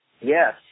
Yes